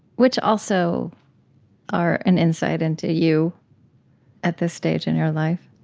which also are an insight into you at this stage in your life.